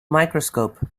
microscope